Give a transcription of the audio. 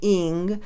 ing